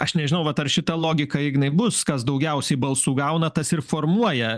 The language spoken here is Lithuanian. aš nežinau vat ar šita logika ignai bus kas daugiausiai balsų gauna tas ir formuoja